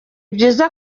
byiza